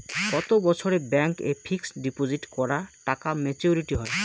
কত বছরে ব্যাংক এ ফিক্সড ডিপোজিট করা টাকা মেচুউরিটি হয়?